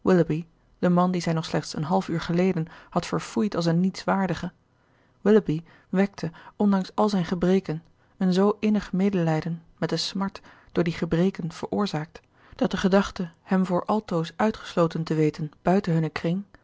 de man dien zij nog slechts een half uur geleden had verfoeid als een nietswaardige willoughby wekte ondanks al zijn gebreken een zoo innig medelijden met de smart door die gebreken veroorzaakt dat de gedachte hem voor altoos uitgesloten te weten buiten hunnen kring